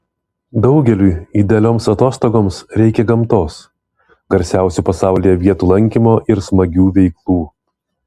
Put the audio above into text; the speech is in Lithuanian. daugeliui idealioms atostogoms reikia gamtos garsiausių pasaulyje vietų lankymo ir smagių veiklų